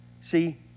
See